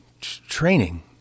training